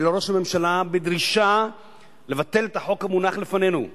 ולראש הממשלה בדרישה לבטל את החוק המונח לפנינו,